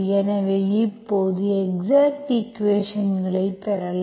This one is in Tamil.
எனவே இப்போது எக்ஸாக்ட் ஈக்குவேஷன்ஸ்களை பெறலாம்